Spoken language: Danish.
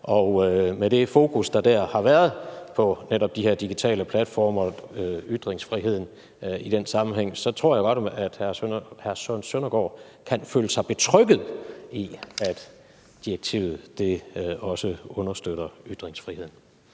og med det fokus, der dér har været på netop de her digitale platforme og på ytringsfriheden i den sammenhæng, tror jeg hr. Søren Søndergaard kan føle sig betrygget i, at direktivet også understøtter ytringsfriheden.